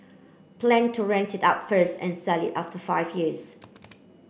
plan to rent it out first and sell it after five years